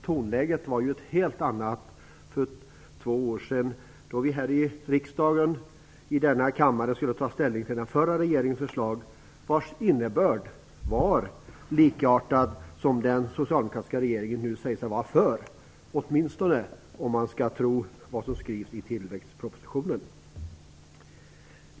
Tonläget var ett helt annat för två år sedan, då vi här i riksdagen i denna kammare skulle ta ställning till den förra regeringens förslag, vars innebörd var likartat det som den socialdemokratiska regeringen nu säger sig vara för, åtminstone om man skall tro vad som skrivs i tillväxtpropositionen.